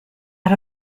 out